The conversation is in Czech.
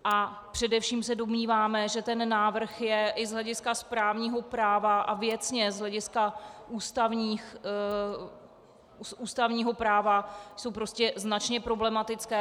A především se domníváme, že ten návrh je i z hlediska správního práva a věcně z hlediska ústavního práva, jsou prostě značně problematické.